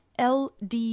LD